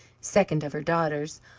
second of her daughters,